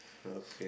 okay